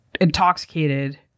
intoxicated